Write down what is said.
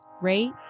rate